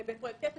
בפרויקטי תשתית.